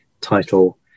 title